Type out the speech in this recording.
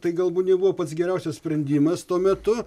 tai galbūt nebuvo pats geriausias sprendimas tuo metu